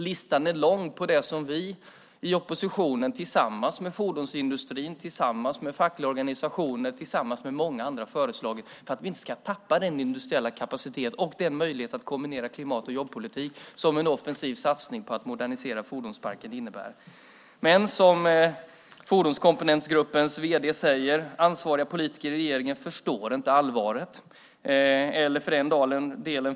Listan är lång på det som vi i oppositionen tillsammans med fordonsindustrin, fackliga organisationer och många andra föreslagit för att vi inte ska tappa den industriella kapacitet och den möjlighet att kombinera klimat och jobbpolitik som en offensiv satsning på att modernisera fordonsparken innebär. Men som Fordonskomponentgruppens vd säger: Ansvariga politiker i regeringen förstår inte allvaret.